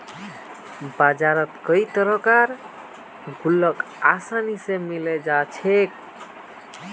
बजारत कई तरह कार गुल्लक आसानी से मिले जा छे